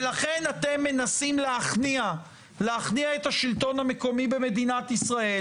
ולכן אתם מנסים להכניע את השלטון המקומי במדינת ישראל